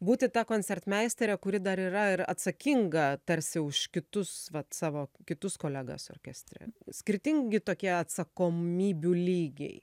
būti ta koncertmeisterė kuri dar yra ir atsakinga tarsi už kitus savo kitus kolegas orkestre skirtingi tokie atsakomybių lygiai